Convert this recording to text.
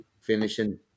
finishing